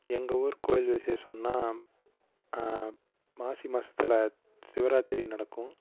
எங்கள் ஊர் கோவில் விசேஷம் அப்படின்னா மாசி மாதத்துல சிவராத்திரி நடக்கும்